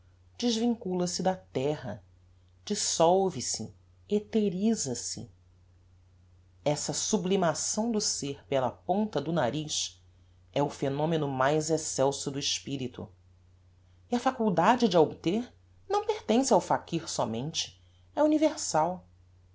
impalpavel desvincula se da terra dissolve se etherisa se essa sublimação do ser pela ponta do nariz é o phenomeno mais excelso do espirito e a faculdade de a obter não pertence ao fakir sómente é universal